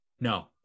No